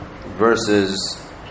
verses